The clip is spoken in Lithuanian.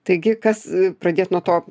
taigi kas pradėt nuo to